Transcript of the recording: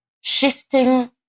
shifting